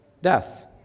Death